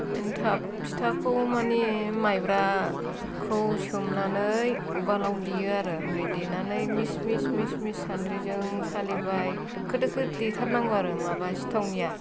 एन्थाब फिथाखौ माने माइब्राखौ सोमनानै उवालाव देयो आरो ओमफ्राय देनानै मिस मिस मिस मिस सानद्रिजों सालिबाय दोखो दोखो देथारनांगौ आरो माबा सिथावनिया